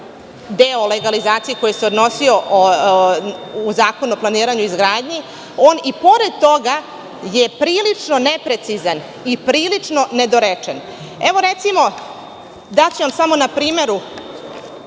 deo legalizacije koji se odnosio u Zakonu o planiranju i izgradnji, on i pored toga je prilično neprecizan i prilično nedorečen. Evo, recimo, daću vam samo na primeru,